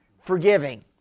forgiving